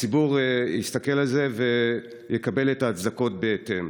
הציבור יסתכל על זה ויקבל את ההצדקות בהתאם.